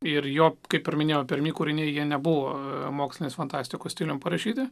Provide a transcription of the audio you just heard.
ir jo kaip ir minėjau pirmi kūriniai jie nebuvo mokslinės fantastikos stiliumi parašyti